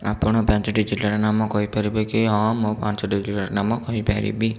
ଆପଣ ପାଞ୍ଚଟି ଜିଲ୍ଲାର ନାମ କହିପାରିବେ କି ହଁ ମୁଁ ପାଞ୍ଚଟି ଜିଲ୍ଲାର ନାମ କହିପାରିବି